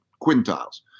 quintiles